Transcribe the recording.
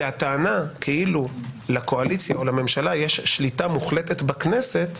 הטענה כאילו לקואליציה או לממשלה יש שליטה מוחלטת בכנסת,